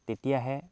তেতিয়াহে